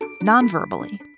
non-verbally